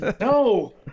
no